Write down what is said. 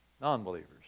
non-believers